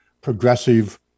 progressive